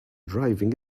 driving